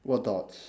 what dots